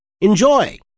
Enjoy